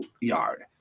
yard